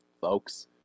folks